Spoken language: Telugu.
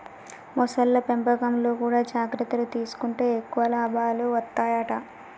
మొసళ్ల పెంపకంలో కూడా జాగ్రత్తలు తీసుకుంటే ఎక్కువ లాభాలు వత్తాయట